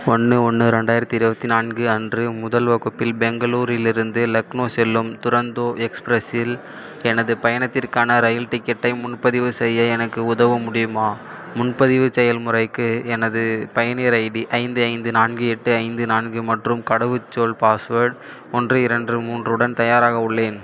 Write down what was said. ஒன்று ஒன்று ரெண்டாயிரத்தி இருபத்தி நான்கு அன்று முதல் வகுப்பில் பெங்களூரிலிருந்து லக்னோ செல்லும் துரந்தோ எக்ஸ்பிரஸ் இல் எனது பயணத்திற்கான ரயில் டிக்கெட்டை முன்பதிவு செய்ய எனக்கு உதவ முடியுமா முன்பதிவு செயல்முறைக்கு எனது பயனர் ஐடி ஐந்து ஐந்து நான்கு எட்டு ஐந்து நான்கு மற்றும் கடவுச்சொல் பாஸ்வேர்ட் ஒன்று இரண்டு மூன்றுடன் தயாராக உள்ளேன்